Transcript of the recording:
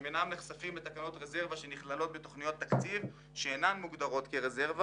הם אינם נחשפים לתקנות רזרבה הנכללות בתכניות תקציב שאינן מוגדרות כרזרבה